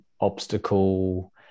obstacle